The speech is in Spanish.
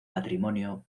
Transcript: patrimonio